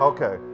Okay